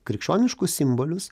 krikščioniškus simbolius